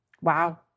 Wow